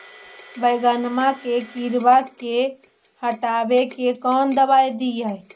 बैगनमा के किड़बा के हटाबे कौन दवाई दीए?